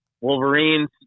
Wolverines